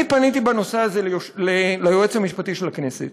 אני פניתי בנושא הזה ליועץ המשפטי של הכנסת